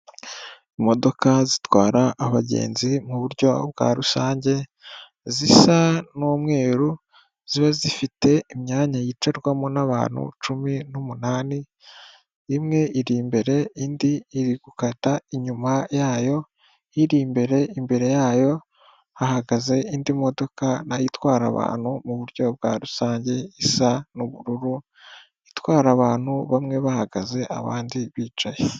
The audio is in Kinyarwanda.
Imodoka zitwara abagenzi mu buryo bwa rusange zisa n'umweru ziba zifite imyanya yicirwamo n'abantu cumi n'umunani, imwe iri imbere indi iri gukata inyuma yayo, iri imbere imbere yayo hahagaze indi modoka nayo itwara abantu mu buryo bwa rusange isa n'ubururu, itwara abantu bamwe bahagaze abandi bicaye.